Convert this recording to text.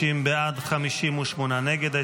50 בעד, 58 נגד.